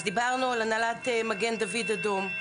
אז דיברנו על הנהלת מגן דוד אדום,